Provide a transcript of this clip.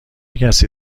کسی